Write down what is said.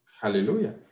Hallelujah